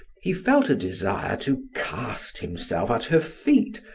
he felt a desire to cast himself at her feet,